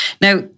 Now